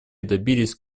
добились